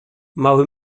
mały